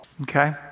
okay